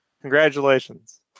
congratulations